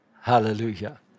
Hallelujah